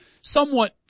somewhat